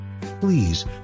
Please